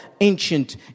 ancient